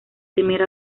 temer